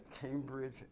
Cambridge